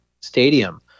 Stadium